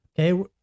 okay